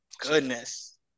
goodness